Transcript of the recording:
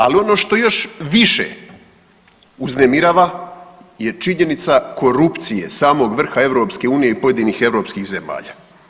Ali ono što još više uznemirava je činjenica korupcije samog vrha EU i pojedinih europskih zemalja.